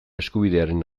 eskubidearen